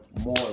more